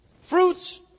Fruits